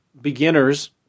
beginners